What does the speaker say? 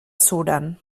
suren